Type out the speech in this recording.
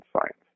Science